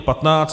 15.